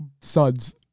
suds